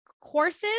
courses